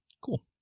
cool